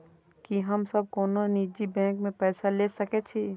की हम सब कोनो निजी बैंक से पैसा ले सके छी?